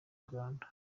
rwanda